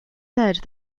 said